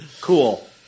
cool